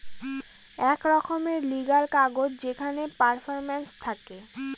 এক রকমের লিগ্যাল কাগজ যেখানে পারফরম্যান্স থাকে